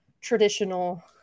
traditional